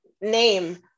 name